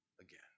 again